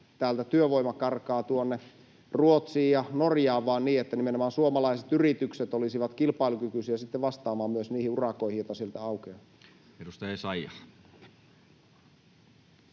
työvoima karkaa tuonne Ruotsiin ja Norjaan, vaan niin, että nimenomaan suomalaiset yritykset olisivat kilpailukykyisiä sitten vastaamaan myös niihin urakoihin, joita sieltä aukeaa. [Speech